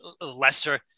lesser